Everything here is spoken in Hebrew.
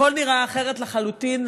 הכול נראה אחרת לחלוטין.